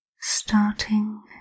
Starting